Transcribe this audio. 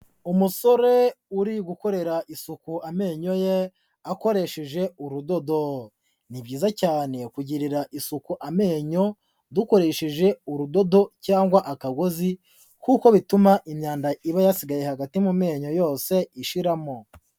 Umusore uri gukorera isuku amenyo ye akoresheje urudodo, ni byiza cyane kugirira isuku amenyo dukoresheje urudodo cyangwa akagozi kuko bituma imyanda iba yasigaye hagati mu menyo yose ishiramo.